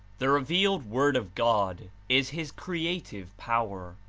the revealed word of god is his creative power.